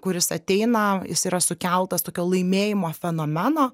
kuris ateina jis yra sukeltas tokio laimėjimo fenomeno